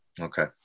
Okay